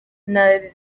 nabi